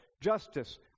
justice